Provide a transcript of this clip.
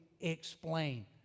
explain